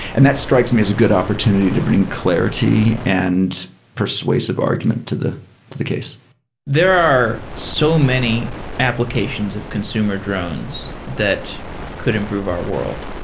and that strikes me as a good opportunity to bring clarity and persuasive argument to the to the case there are so many applications of consumer drones that could improve our world.